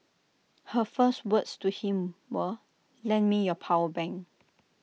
her first words to him were lend me your power bank